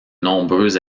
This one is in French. nombreux